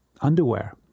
underwear